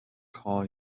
call